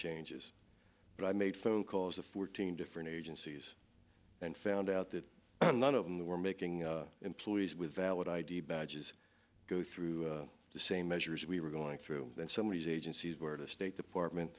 changes but i made phone calls to fourteen different agencies and found out that none of them were making employees with valid id badges go through the same measures we were going through and some of these agencies where the state department